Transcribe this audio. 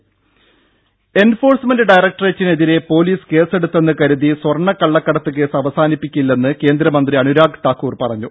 ദ്ദേ എൻഫോഴ്സ്മെൻറ് ഡയറക്ടറേറ്റിന് എതിരെ പോലീസ് കേസെടുത്തെന്നു കരുതി സ്വർണ കള്ളകടത്ത് കേസ് അവസാനിപ്പിക്കില്ലെന്ന് കേന്ദ്ര മന്ത്രി അനുരാഗ് ഠാക്കൂർ പറഞ്ഞു